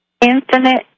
infinite